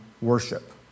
worship